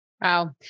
Wow